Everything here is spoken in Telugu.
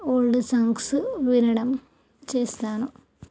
ఓల్డ్ సాంగ్స్ వినడం చేస్తాను